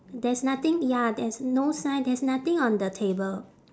there's nothing ya there's no sign there's nothing on the table